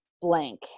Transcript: blank